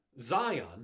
Zion